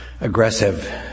aggressive